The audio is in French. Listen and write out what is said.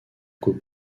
coupe